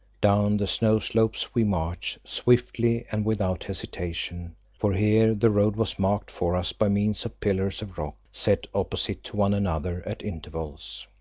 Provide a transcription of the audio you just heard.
down the snow slopes we marched swiftly and without hesitation, for here the road was marked for us by means of pillars of rock set opposite to one another at intervals.